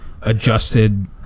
adjusted